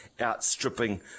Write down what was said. outstripping